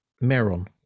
Meron